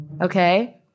Okay